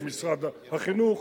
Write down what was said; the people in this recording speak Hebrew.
עם משרד החינוך,